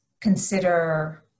consider